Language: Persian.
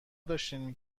داشتین